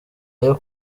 ayo